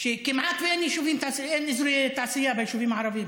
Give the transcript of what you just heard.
שכמעט אין אזורי תעשייה ביישובים הערביים.